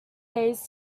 days